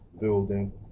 building